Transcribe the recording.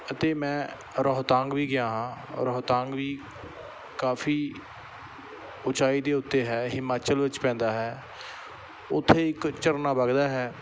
ਅਤੇ ਮੈਂ ਰੋਹਤਾਂਗ ਵੀ ਗਿਆ ਹਾਂ ਰੋਹਤਾਂਗ ਵੀ ਕਾਫ਼ੀ ਉਚਾਈ ਦੇ ਉੱਤੇ ਹੈ ਹਿਮਾਚਲ ਵਿੱਚ ਪੈਂਦਾ ਹੈ ਉੱਥੇ ਇੱਕ ਝਰਨਾ ਵਗਦਾ ਹੈ